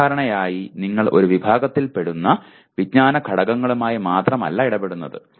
സാധാരണയായി നിങ്ങൾ ഒരു വിഭാഗത്തിൽ പെടുന്ന വിജ്ഞാന ഘടകങ്ങളുമായി മാത്രമല്ല ഇടപെടുന്നത്